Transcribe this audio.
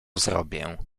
zrobię